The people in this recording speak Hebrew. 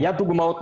ההפרשים.